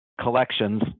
collections